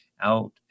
out